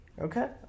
Okay